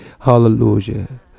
Hallelujah